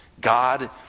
God